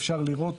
אפשר לראות